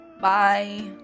Bye